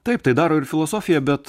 taip tai daro ir filosofija bet